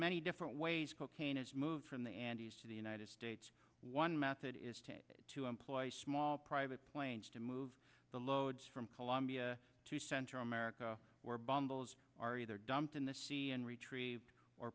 many different ways cocaine is moved from the andes to the united states one method is to employ small private planes to move the loads from colombia to central america where bumbles are either dumped in the sea and retrieved or